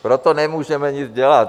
Proto nemůžeme nic dělat.